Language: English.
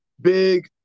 big